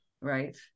Right